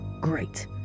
Great